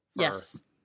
Yes